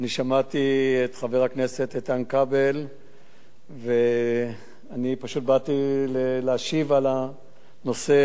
שמעתי את חבר הכנסת איתן כבל ובאתי להשיב על הנושא